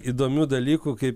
įdomių dalykų kaip